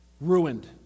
ruined